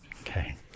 Okay